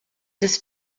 this